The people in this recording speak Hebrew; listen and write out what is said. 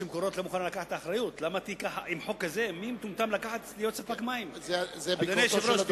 מי מטורף שיספק מים לתושבים?